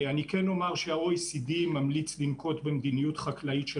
אני כן אומר שה-OECD ממליץ לנקוט במדיניות חקלאית של